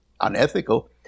unethical